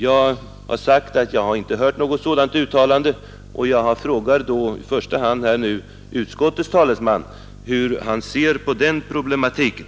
Jag har sagt att jag inte har hört något sådant uttalande, och jag frågar här i första hand utskottets talesman hur han ser på den problematiken.